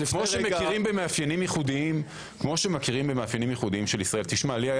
כמו שמכירים במאפיינים ייחודיים לי היה